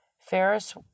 Ferris